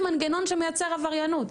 מנגנון שמייצר עבריינות.